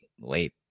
wait